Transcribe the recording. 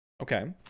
Okay